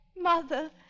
Mother